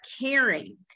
caring